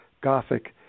Gothic